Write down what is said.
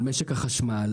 על משק החשמל,